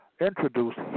introduced